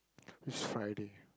this Friday